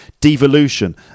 devolution